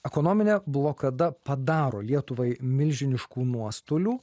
ekonominė blokada padaro lietuvai milžiniškų nuostolių